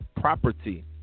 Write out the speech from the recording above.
property